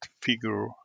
figure